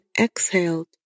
exhaled